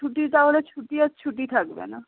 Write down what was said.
ছুটির তাহলে ছুটি আর ছুটি থাকবে না